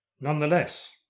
Nonetheless